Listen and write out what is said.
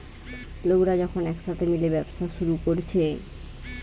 লোকরা যখন একসাথে মিলে ব্যবসা শুরু কোরছে